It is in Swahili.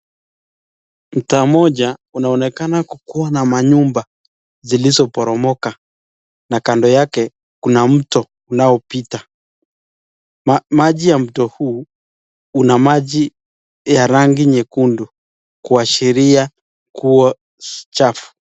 Mtaa mmoja unaonekana kuwa na nyumba zilizoporomoka na kando yake kuna not unapita. Maji ya mto huu una maji ya rangi nyekundu kuashiria kuwa chafu.